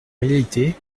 réalité